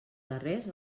darrers